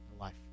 life